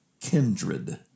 kindred